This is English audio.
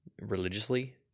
religiously